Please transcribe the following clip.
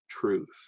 truth